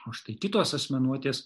o štai kitos asmenuotės